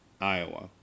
Iowa